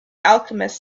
alchemist